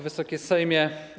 Wysoki Sejmie!